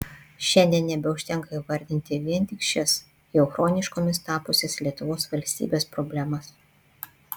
šiandien nebeužtenka įvardyti vien tik šias jau chroniškomis tapusias lietuvos valstybės problemas